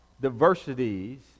diversities